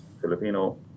Filipino